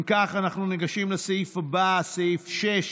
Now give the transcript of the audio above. אם כך, אנחנו ניגשים לסעיף הבא, סעיף 6,